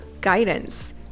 guidance